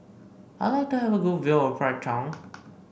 I would like to have a good view of Bridgetown